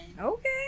Okay